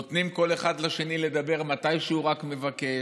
נותנים כל אחד לשני לדבר מייד כשהוא רק מבקש.